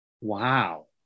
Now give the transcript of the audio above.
Wow